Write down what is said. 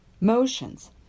motions